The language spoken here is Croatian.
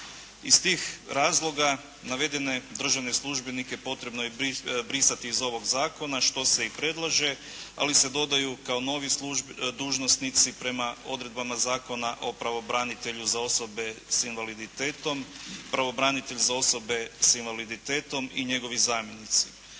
Iz tih razloga navedene državne službenike potrebno je brisati iz ovog zakona što se i predlaže, ali se dodaju kao novi dužnosnici prema odredbama Zakona o pravobranitelju za osobe sa invaliditetom, pravobranitelj